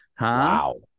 Wow